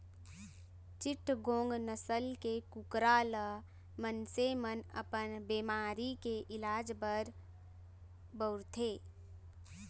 चिटगोंग नसल के कुकरा ल मनसे मन अपन बेमारी के इलाज बर बउरथे